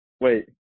Wait